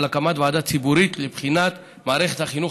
על הקמת ועדה ציבורית לבחינת מערכת החינוך